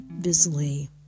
busily